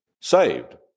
saved